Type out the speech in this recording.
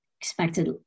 expected